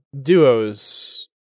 duos